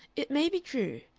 it may be true,